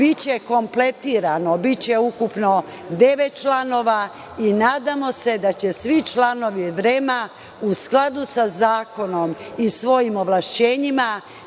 biće kompletirano i ukupno devet članova i nadamo se da će svi članovi REM u skladu sa zakonom i svojim ovlašćenjima